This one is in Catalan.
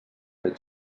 fet